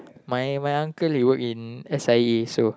my my uncle he work in s_i_a so